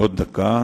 כנסת